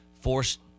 forced